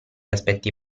aspetti